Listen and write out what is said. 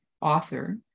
author